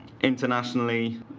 Internationally